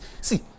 See